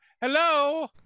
Hello